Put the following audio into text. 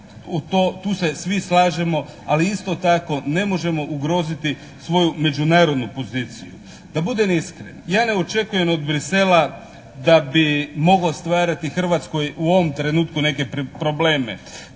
tu sve svi slažemo ali isto tako ne možemo ugroziti svoju međunarodnu poziciju. Da budem iskren, ja ne očekujem od Bruxellesa da bi mogao stvarati u Hrvatskoj u ovom trenutku neke probleme.